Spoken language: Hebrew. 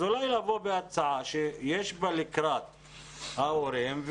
אז אולי לבוא בהצעה שיש בה לקראת ההורים,